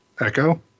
Echo